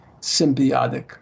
symbiotic